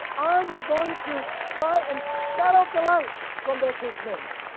are they going to try and shout out the light from their church members?